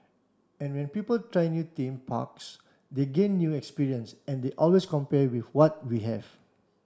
and when people try new theme parks they gain new experience and they always compare with what we have